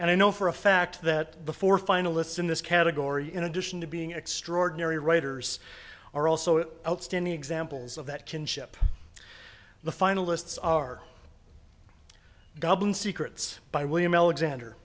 and i know for a fact that the four finalists in this category in addition to being extraordinary writers are also outstanding examples of that kinship the finalists are goblin secrets by william alexander